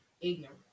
ignorant